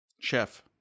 Chef